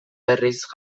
berriz